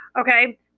Okay